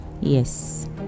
yes